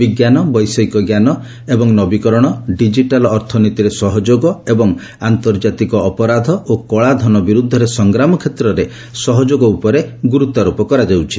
ବିଜ୍ଞାନ ବୈଷୟିକ ଜ୍ଞାନ ଏବଂ ନବୀକରଣ ଡିଜିଟାଲ ଅର୍ଥନୀତିରେ ସହଯୋଗ ଏବଂ ଆନ୍ତର୍ଜାତିକ ଅପରାଧ ଓ କଳାଧନ ବିରୁଦ୍ଧରେ ସଂଗ୍ରାମ କ୍ଷେତ୍ରରେ ସହଯୋଗ ଉପରେ ଗୁରୁତ୍ୱାରୋପ କରାଯାଉଛି